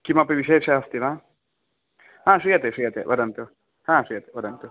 किमपि विशेष अस्ति वा हां श्रूयते श्रूयते वदन्तु हा श्रूयते वदन्तु